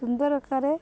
ସୁନ୍ଦର କରେ